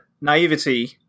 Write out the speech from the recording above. naivety